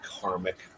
karmic